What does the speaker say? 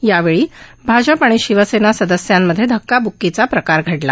यावेळी भाजप आणि शिवसेना सदस्यांमध्ये धक्काब्क्कीचा प्रकार घडला